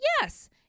Yes